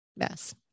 Yes